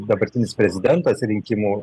dabartinis prezidentas rinkimų